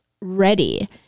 ready